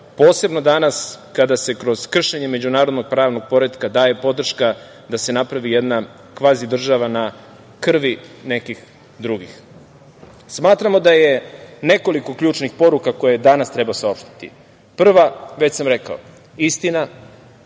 posebno danas, kada se kroz kršenje međunarodnog pravnog poretka daje podrška da se napravi jedna kvazi država na krvi nekih drugih. Smatramo da je nekoliko ključnih poruka koje danas treba saopštiti. Prva, već sam rekao, istina.